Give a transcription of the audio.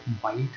white